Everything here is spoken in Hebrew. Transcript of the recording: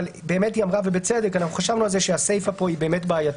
אבל היא אמרה ובצדק: חשבנו על זה שהסיפא פה בעייתית.